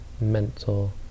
mental